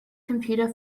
computer